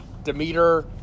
Demeter